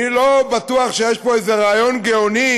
אני לא בטוח שיש פה איזה רעיון גאוני